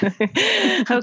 Okay